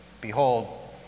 Behold